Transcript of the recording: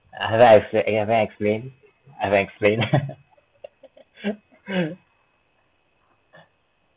I haven't explai~ I haven't explained haven't explain